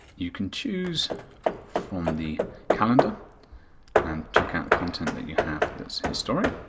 you can choose from the calendar and check out the content that you have that's history.